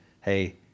Hey